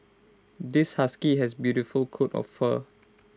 this husky has beautiful coat of fur